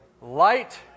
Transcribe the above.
Light